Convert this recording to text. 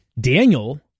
Daniel